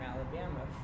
Alabama